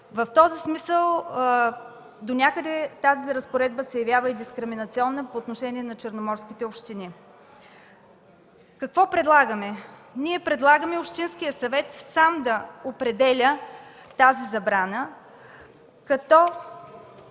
В този смисъл донякъде разпоредбата се явява и дискриминационна по отношение на черноморските общини. Какво предлагаме? Предлагаме общинският съвет сам да определя тази забрана, като